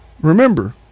remember